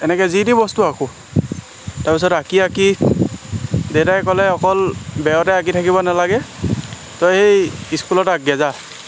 এনেকৈ যি টি বস্তু আকোঁ তাৰপিছত আঁকি আঁকি দেউতাই ক'লে অকল বেৰতে আঁকি থাকিব নালাগে তই সেই স্কুলত আঁকগৈ যা